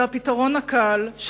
זה הפתרון הקל,